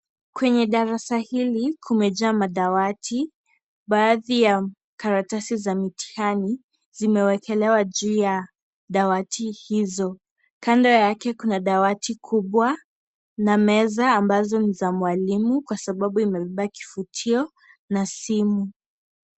Kwenye darasa hili kumejaa madawati. Baadhi ya karatasi za mitihani zimewekelewa juu ya dawati hizo. Kando yake kuna dawati kubwa na meza ambazo ni za mwalimu kwa sababu imebeba kifutio na simu.